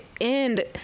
end